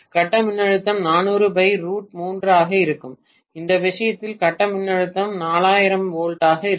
கட்ட மின்னழுத்தம் ஆக இருக்கும் இந்த விஷயத்தில் கட்ட மின்னழுத்தம் 4000 V ஆக இருக்கும்